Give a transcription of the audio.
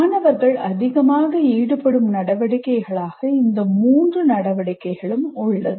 மாணவர்கள் அதிகமாக ஈடுபடும் நடவடிக்கைகளாக இந்த மூன்று நடவடிக்கைகளும் உள்ளது